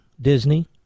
Disney